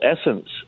essence